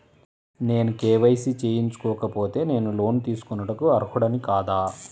నేను కే.వై.సి చేయించుకోకపోతే నేను లోన్ తీసుకొనుటకు అర్హుడని కాదా?